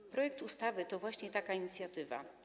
Ten projekt ustawy to właśnie taka inicjatywa.